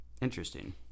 Interesting